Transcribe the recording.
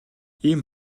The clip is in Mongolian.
ийм